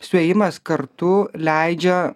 suėjimas kartu leidžia